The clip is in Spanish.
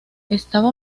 estaba